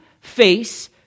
face